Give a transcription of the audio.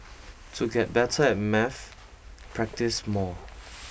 to get better at maths practise more